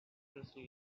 crystal